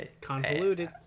convoluted